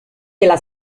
della